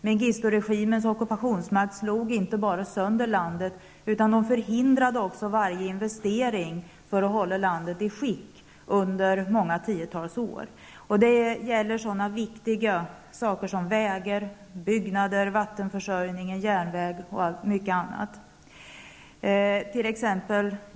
Mengisturegimens ockupationsmakt slog inte bara sönder landet utan förhindrade också under många tiotals år varje investering för att hålla landet i skick. Det gäller för vägar, byggnader, vattenförsörjning, järnvägar och på många andra viktiga områden.